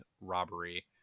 robbery